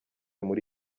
muri